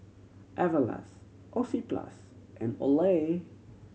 Everlast Oxyplus and Olay